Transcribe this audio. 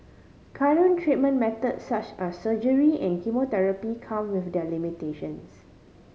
current treatment method such as surgery and chemotherapy come with their limitations